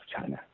China